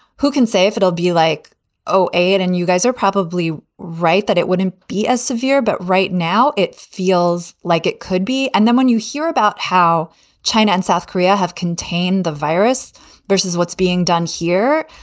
who can say if it'll be like zero eight and you guys are probably right that it wouldn't be as severe, but right now it feels like it could be. and then when you hear about how china and south korea have contained the virus versus what's being done here,